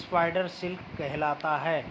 spider silk कहलाता है